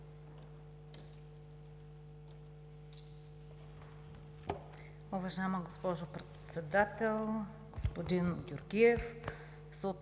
Уважаема госпожо Председател, господин Георгиев!